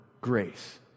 Grace